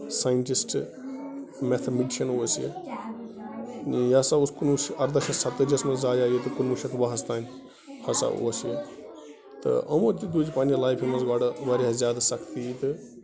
scientist mathematician اوس یہِ یہِ ہسا اوس کُنوُہ شت اَرداہ شتھ سَتٲجِیَس منٛز زایاے یہِ تہٕ کُنوُہ شتھ وُہَس تانۍ ہسا اوس یہِ تہٕ یِمو تہِ تُج پنٕنہِ لایفہِ منٛز گۄڈٕ واریاہ زیادٕ سختی تہٕ